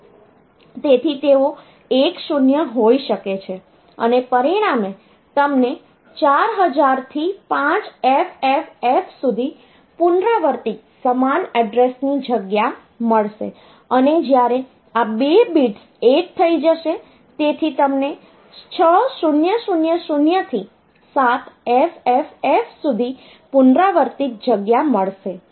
તેથી તેઓ 1 0 હોઈ શકે છે અને પરિણામે તમને 4000 થી 5FFF સુધી પુનરાવર્તિત સમાન એડ્રેસની જગ્યા મળશે અને જ્યારે આ 2 બિટ્સ 1 થઈ જશે તેથી તમને 6000 થી 7FFF સુધી પુનરાવર્તિત જગ્યા મળશે